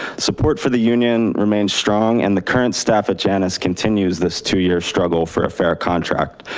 support for the union remains strong and the current staff at janus continues this two year struggle for ah fair contract.